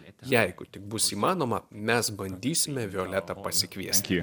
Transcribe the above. jeigu tik bus įmanoma mes bandysime violetą pasikviesti